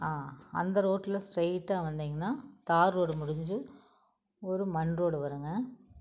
ஆ அந்த ரோட்ல ஸ்ட்ரெயிட்டாக வந்திங்கனால் தார் ரோடு முடிந்து ஒரு மண் ரோடு வருங்க